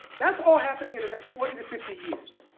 that's all happening in the next forty to fifty years,